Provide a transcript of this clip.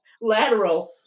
lateral